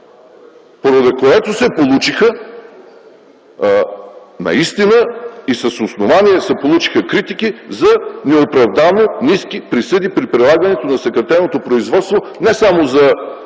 поради което се получиха наистина, и с основание се получиха критики, за неоправдано ниски присъди при прилагането на съкратеното производство не само за